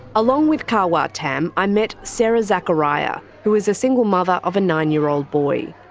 along with ka wah tam i met sara zakaria, who is a single mother of a nine-year-old boy.